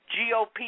GOP